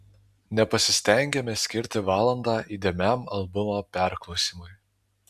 nepasistengiame skirti valandą įdėmiam albumo perklausymui